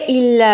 il